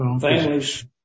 Families